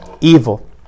evil